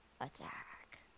Attack